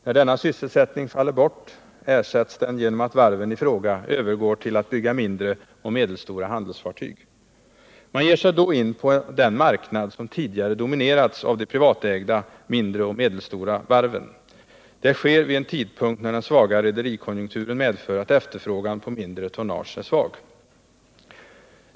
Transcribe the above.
När denna sysselsättning faller bort ersätts den genom att varven i fråga övergår till att bygga mindre och medelstora handelsfartyg. Man ger sig då in på den marknad som tidigare dominerats av de privatägda mindre och medelstora varven. Detta sker vid en tidpunkt när den svaga rederikonjunkturen medför att efterfrågan på mindre tonnage är svag.